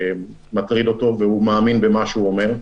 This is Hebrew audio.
שמטריד אותו והוא מאמין במה שהוא אומר,